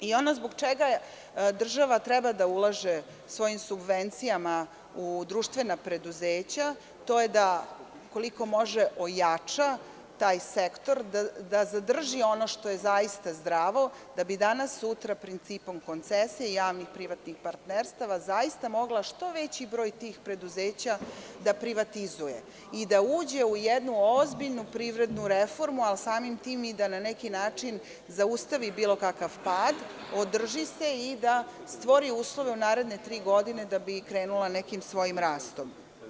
I ono zbog čega treba država da ulaže svojim subvencijama u društvena preduzeća, to je da koliko može ojača taj sektor, da zadrži ono što je zaista zdravo, da bi danas, sutra principom koncesija i javnih privatnih partnerstava, zaista mogla što veći broj tih preduzeća da privatizuje i da uđe u jednu ozbiljnu privrednu reformu, ali samim tim i da na neki način zaustavi bilo kakav pad, održi se i da stvori uslove u naredne tri godine da bi krenula nekim svojim rastom.